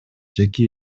жеке